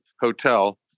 hotel